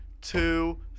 two